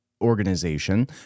organization